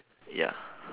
ya